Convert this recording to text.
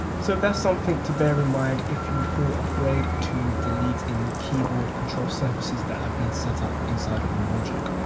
so that's something to bare in mind if you feel afraid to delete any keyboard control surfaces that have been set up inside of your logic.